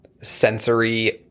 sensory